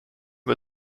wir